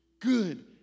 good